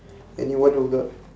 anyone who got